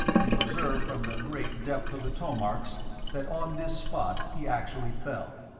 you observe from the great depth of the toe-marks that on this spot he actually fell.